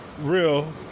Real